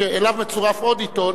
שאליו מצורף עוד עיתון,